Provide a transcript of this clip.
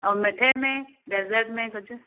ऐं मिठे में डैज़र्ट में कुझु